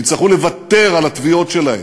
יצטרכו לוותר על התביעות שלהם.